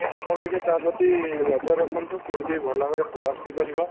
ନାଇଁ ଆପଣ ଟିକେ ତା ପ୍ରତି ନଜର ରଖନ୍ତୁ କେମିତି ଭଲ ଭାବରେ ପଢ଼ାପଢ଼ି କରିବ